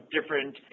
different